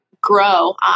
grow